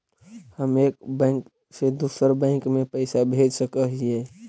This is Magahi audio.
हम एक बैंक से दुसर बैंक में पैसा भेज सक हिय?